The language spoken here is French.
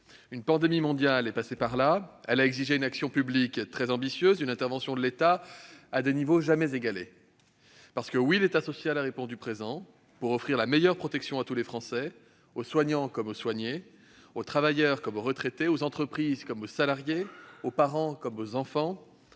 Une pandémie mondiale est passée par là. Elle a exigé de notre part une action publique très ambitieuse et une intervention de l'État à des niveaux jamais atteints. Parce que, oui, l'État social a répondu présent pour offrir la meilleure protection possible à tous les Français, aux soignants comme aux soignés, aux travailleurs comme aux retraités, aux entreprises comme aux salariés, aux parents comme aux enfants,